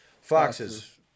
foxes